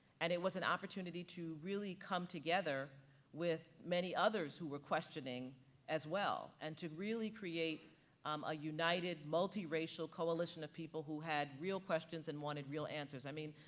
and it was an opportunity to really come together with many others who were questioning as well and to really create a united multiracial coalition of people who had real questions and wanted real answers. i mean,